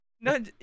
No